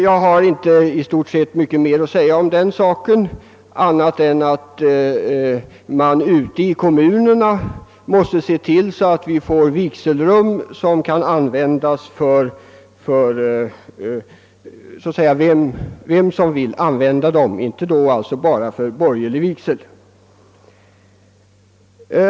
Jag har i stort sett inte mycket mer att säga om den saken men vill gärna tillägga att man ute i kommunerna måste se till att ordna med vigselrum som kan användas inte bara för borgerlig vigsel.